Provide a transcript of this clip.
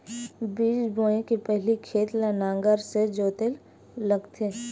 बीज बोय के पहिली खेत ल नांगर से जोतेल लगथे?